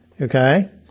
Okay